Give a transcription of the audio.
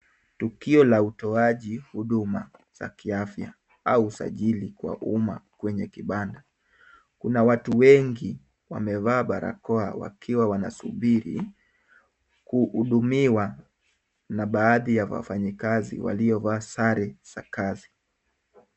Tukio la utoaji huduma za kiafya au usajili wa umma kwenye kibanda. Kuna watu wengi wamevaa barakoa wakiwa wanasubiri kuhudumiwa na baadhi ya wafanyikazi waliovaa sare za kazi.